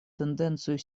тенденцию